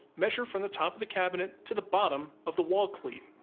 measure from the top of the cabinet to the bottom of the wall cleat.